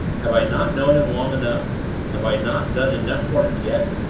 have i not known him long enough have i not done enough for him yet?